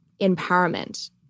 empowerment